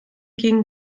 gegen